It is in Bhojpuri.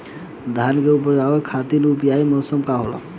धान के उपज बढ़ावे खातिर उपयुक्त मौसम का होला?